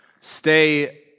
stay